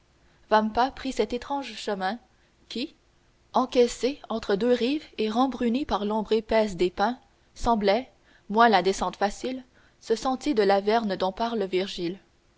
prit cet étrange chemin qui encaissé entre deux rives et rembruni par l'ombre épaisse des pins semblait moins la descente facile ce sentier de l'averne dont parle virgile